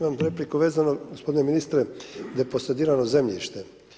Imamo repliku vezano gospodine ministre, deposedirano zemljište.